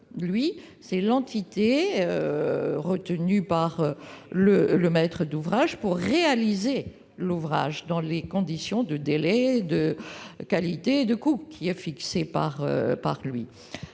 lui, est l'entité retenue par le maître d'ouvrage pour réaliser l'ouvrage dans les conditions de délai, de qualité et de coût fixées par ce